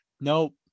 Nope